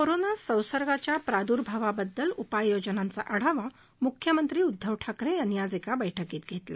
corona संसर्गाच्या प्रादूर्भावाबत उपययोजनांचा आढावा मुख्यमंत्री उद्दव ठाकरे यांनी आज एका बैठकीत घेतला